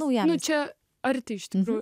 naujienų čia arti iš tikrųjų